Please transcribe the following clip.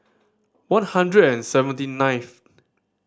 one hundred and seventy ninth